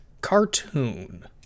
Cartoon